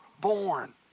born